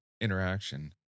interaction